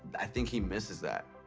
i think he misses that.